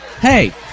Hey